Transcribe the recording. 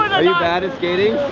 are you bad at skating?